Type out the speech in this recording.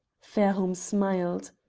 fairholme smiled.